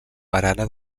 barana